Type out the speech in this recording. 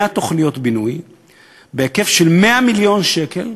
תוכניות בינוי בהיקף של 100 מיליון שקל.